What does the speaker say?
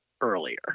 earlier